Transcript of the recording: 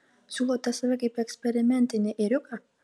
siūlote save kaip eksperimentinį ėriuką